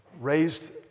Raised